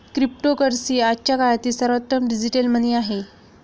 cryptocurrency आजच्या काळातील सर्वोत्तम डिजिटल मनी आहे